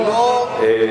זה לא איזה,